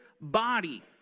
body